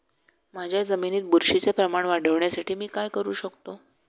माझ्या जमिनीत बुरशीचे प्रमाण वाढवण्यासाठी मी काय करू शकतो?